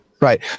Right